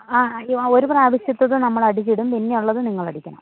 ആ ആ ഒരു പ്രാവശ്യത്തേത് നമ്മൾ അടിച്ചിടും പിന്നെ ഉള്ളത് നിങ്ങൾ അടിക്കണം